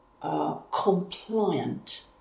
compliant